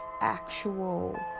actual